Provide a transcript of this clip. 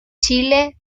chile